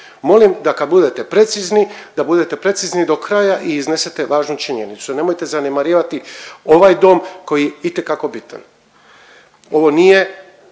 Molim da kad budete precizni, da budete precizni do kraja i iznesete važnu činjenicu, nemojte zanemarivati ovaj dom koji je itekako bitan. Ovo nije